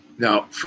Now